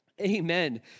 Amen